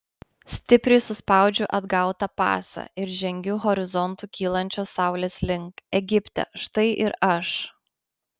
stipriai suspaudžiu atgautą pasą ir žengiu horizontu kylančios saulės link egipte štai ir aš